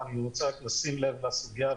אני רוצה רק לשים לב לסוגיה,